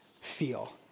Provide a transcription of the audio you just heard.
feel